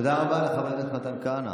תודה רבה לחבר הכנסת מתן כהנא.